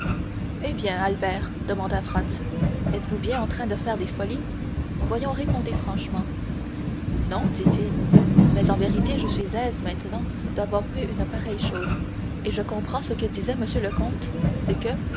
eh bien albert demanda franz êtes-vous bien en train de faire des folies voyons répondez franchement non dit-il mais en vérité je suis aise maintenant d'avoir vu une pareille chose et je comprends ce que disait m le comte c'est que